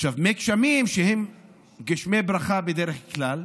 עכשיו, מי גשמים, שהם מי ברכה בדרך כלל,